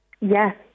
Yes